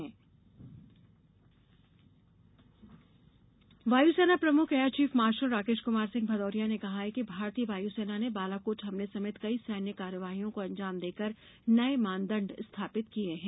वायुसेना प्रमुख वायुर्सेना प्रमुख air chief marshal Rakesh Kumar Singh Bhadauria ने कहा है कि भारतीय वायुसेना ने बालाकोट हमले समेत कई सैन्य कार्यवाइयों को अंजाम देकर नये मानदण्ड स्थापित किए हैं